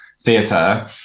theatre